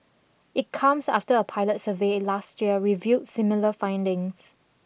it comes after a pilot survey last year revealed similar findings